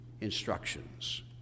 instructions